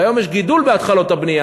והיום יש גידול בהתחלות הבנייה,